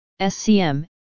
SCM